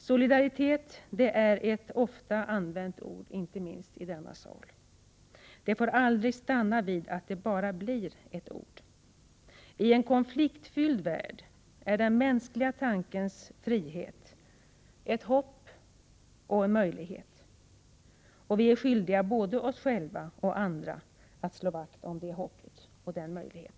Solidaritet är ett ofta använt ord inte minst i denna sal. Det får aldrig stanna vid att det bara blir ett ord. I en konfliktfylld värld innebär den mänskliga tankens frihet ett hopp och en möjlighet. Vi är skyldiga både oss själva och andra att slå vakt om detta hopp och denna möjlighet.